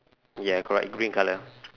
ya correct green colour